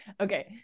okay